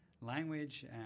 language